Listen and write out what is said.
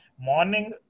morning